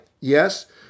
Yes